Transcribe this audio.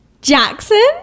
Jackson